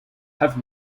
have